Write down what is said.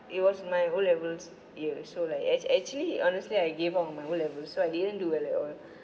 it was my O levels year so like actu~ actually honestly I gave up my O levels so I didn't do well at all